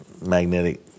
magnetic